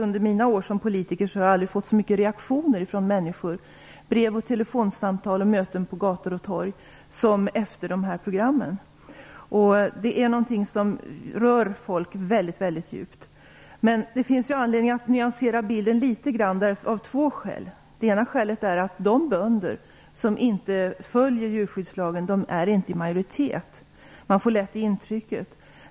Under mina år som politiker har jag aldrig fått så många reaktioner från människor genom brev, telefonsamtal och möten på gator och torg som efter detta program. Det här berör folk mycket djupt. Det finns dock av två skäl anledning att nyansera bilden litet grand. Det ena är att de bönder som inte följer djurskyddslagen inte är i majoritet. Man får lätt ett annat intryck.